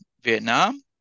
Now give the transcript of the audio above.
Vietnam